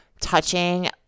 touching